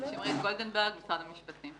אני שמרית גולדנברג, ממשרד המשפטים.